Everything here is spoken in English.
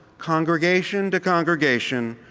congregation to congregation.